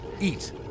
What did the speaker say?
eat